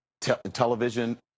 television